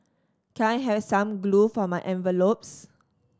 can I have some glue for my envelopes